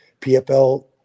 PFL